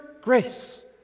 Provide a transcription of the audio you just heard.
grace